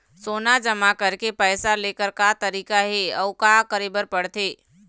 सोना जमा करके पैसा लेकर का तरीका हे अउ का करे पड़थे?